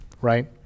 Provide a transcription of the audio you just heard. right